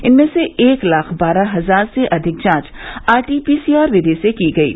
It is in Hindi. इनमें से एक लाख बारह हजार से अधिक जांच आरटीपीसीआर विधि से की गयी